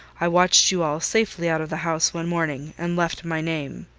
i watched you all safely out of the house one morning, and left my name.